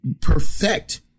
perfect